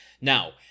Now